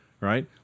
right